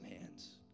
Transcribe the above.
hands